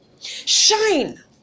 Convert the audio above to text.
Shine